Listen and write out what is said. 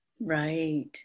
Right